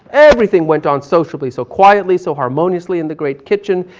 everything went on socialably. so quietly, so harmoniously in the great kitchen.